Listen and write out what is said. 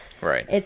right